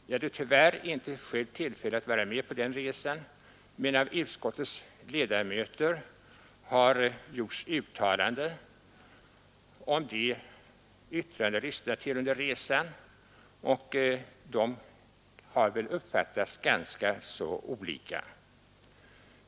Jag hade tyvärr inte själv tillfälle att vara med på resan, men de uttalanden som utskottet lyssnat till under Jämtlandsbesöket har av utskottets ledamöter uppfattats ganska olika.